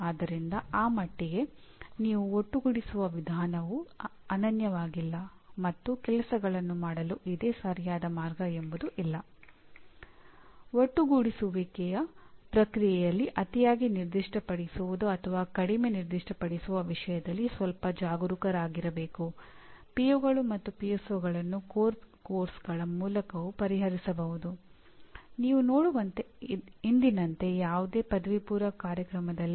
ಮಾನ್ಯತೆಯ ಪಾತ್ರವನ್ನು ಅರ್ಥಮಾಡಿಕೊಳ್ಳುವುದು ಎನ್ಬಿಎ ಸ್ವಯಂ ಮೌಲ್ಯಮಾಪನ ವರದಿಯ ಮಾನದಂಡಗಳನ್ನು ಅರ್ಥಮಾಡಿಕೊಳ್ಳುವುದು ಹಾಗೂ ಸಿಒ ಗುಣಮಟ್ಟದ ಕೊರತೆಗಳನ್ನು ಮುಚ್ಚುವಲ್ಲಿ ಎನ್ಬಿಎ ಮಾನ್ಯತೆಯ ಕೇಂದ್ರತೆಯನ್ನು ಅರ್ಥಮಾಡಿಕೊಳ್ಳುವುದು ನಮ್ಮ ಗುರಿಯಾಗಿದೆ